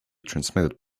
transmitted